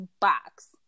box